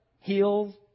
heals